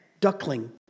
duckling